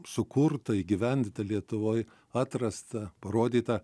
sukurta įgyvendinta lietuvoj atrasta parodyta